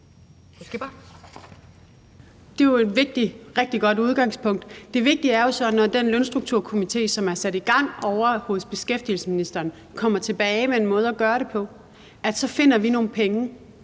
et vigtigt og rigtig godt udgangspunkt. Det vigtige er jo så, at vi, når den Lønstrukturkomité, som er sat i gang ovre hos beskæftigelsesministeren, kommer tilbage med en måde at gøre det på, finder nogle penge